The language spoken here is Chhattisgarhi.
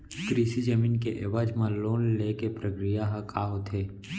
कृषि जमीन के एवज म लोन ले के प्रक्रिया ह का होथे?